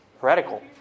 heretical